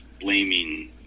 blaming